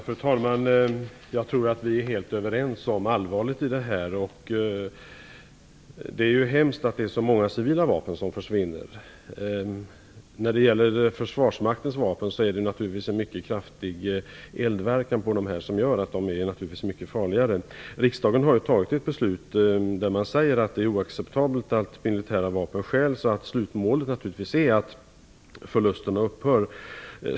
Fru talman! Jag tror att vi är helt överens om allvaret i frågan. Det är hemskt att så många civila vapen försvinner. I försvarsmaktens vapen är det naturligtvis den kraftiga eldverkan som gör dem mycket farligare. Riksdagen har ju fattat ett beslut där man säger att det är oacceptabelt att militära vapen stjäls och att slutmålet naturligtvis är att förlusterna upphör.